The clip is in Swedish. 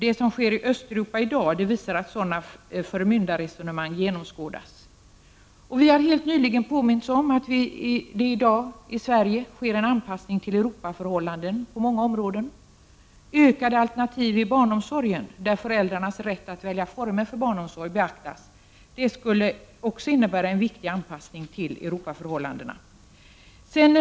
Det som sker i Östeuropa i dag visar att sådana förmyndarresonemang genomskådas. Vi har helt nyligen påmints om att det i dag i Sverige på många områden sker en anpassning till Europaförhållanden. Ökade alternativ i barnomsorgen, där föräldrarnas rätt att välja former för barnomsorg beaktas, skulle också innebära en viktig anpassning till Europaförhållandena.